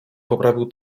poprawił